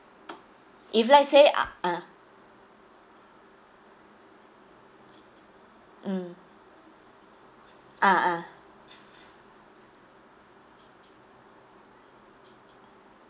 if let's say uh ah mm ah ah